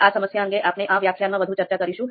આ સમસ્યા અંગે આપણે આ વ્યાખ્યાનમાં વધુ ચર્ચા કરીશું